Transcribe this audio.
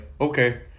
okay